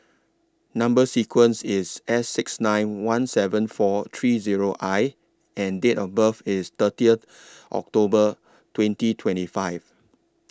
Number sequence IS S six nine one seven four three Zero I and Date of birth IS thirty October twenty twenty five